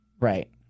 Right